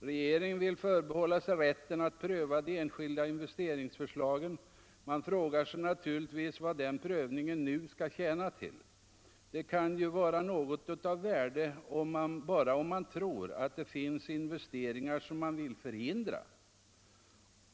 Regeringen vill förbehålla sig rätten att pröva de enskilda investeringsförslagen. Man frågar sig naturligtvis vad den prövningen nu skall tjäna till. Den kan ju vara av något värde bara om man tror att det finns investeringar som man vill förhindra.